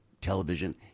television